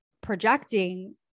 projecting